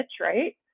right